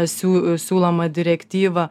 siū siūloma direktyva